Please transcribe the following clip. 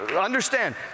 understand